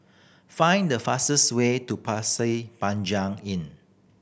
find the fastest way to Pasir Panjang Inn